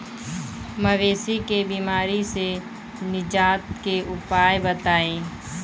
मवेशी के बिमारी से निजात के उपाय बताई?